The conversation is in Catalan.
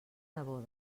neboda